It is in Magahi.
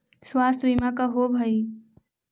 स्वास्थ्य बीमा का होव हइ?